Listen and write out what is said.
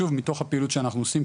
שוב מתוך הפעילות שאנחנו עושים,